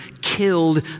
killed